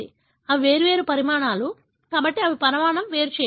అవి వేర్వేరు పరిమాణాలు కాబట్టి అవి పరిమాణం వేరు చేయబడ్డాయి